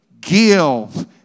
give